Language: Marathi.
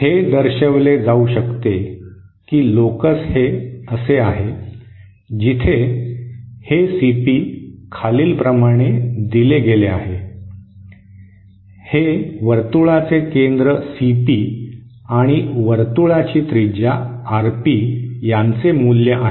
हे दर्शविले जाऊ शकते की लोकस हे असे आहे जिथे हे सीपी खालील प्रमाणे दिले गेले आहे हे वर्तुळाचे केंद्र सिपी आणि वर्तुळाची त्रिज्या आरपी यांचे मूल्य आहे